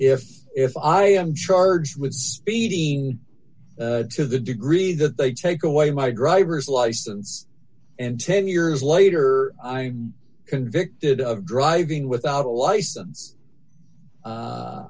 if if i am charged with speeding to the degree that they take away my driver's license and ten years later i'm convicted of driving without a license